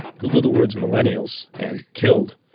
google the words millennials and killed,